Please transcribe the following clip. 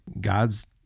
God's